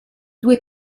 due